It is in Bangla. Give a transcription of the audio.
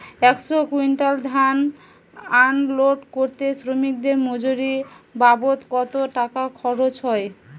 একশো কুইন্টাল ধান আনলোড করতে শ্রমিকের মজুরি বাবদ কত টাকা খরচ হয়?